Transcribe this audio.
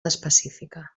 específica